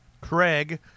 Craig